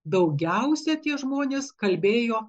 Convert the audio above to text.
daugiausia tie žmonės kalbėjo